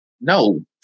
No